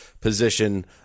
position